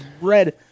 red